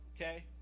okay